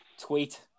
tweet